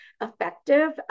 effective